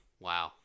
wow